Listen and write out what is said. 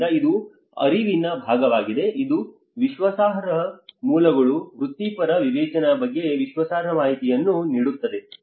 ಆದ್ದರಿಂದ ಇದು ಅರಿವಿನ ಭಾಗವಾಗಿದೆ ಇಲ್ಲಿ ವಿಶ್ವಾಸಾರ್ಹ ಮೂಲಗಳು ವೃತ್ತಿಪರ ವಿವೇಚನೆಯ ಬಗ್ಗೆ ವಿಶ್ವಾಸಾರ್ಹ ಮಾಹಿತಿಯನ್ನು ನೀಡುತ್ತದೆ